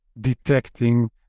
detecting